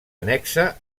annexa